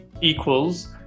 equals